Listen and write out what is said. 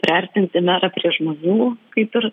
priartinti merą prie žmonių kaip ir